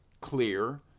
clear